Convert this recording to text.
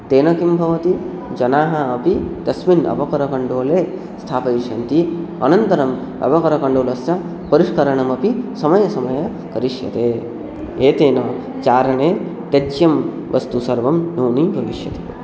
तेन किं भवति जनाः अपि तस्मिन् अवकरकण्डोले स्थापयिष्यन्ति अनन्तरम् अवकरकण्डोलस्य परिष्करणमपि समये समये करिष्यते एतेन चारणे त्याज्यं वस्तु सर्वं न्यूनीभविष्यति